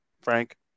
Frank